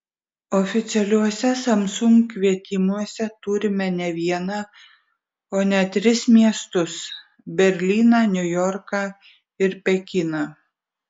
oficialiuose samsung kvietimuose turime ne vieną o net tris miestus berlyną niujorką ir pekiną